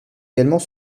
également